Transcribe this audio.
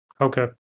okay